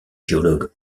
géologue